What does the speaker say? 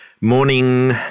Morning